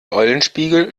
eulenspiegel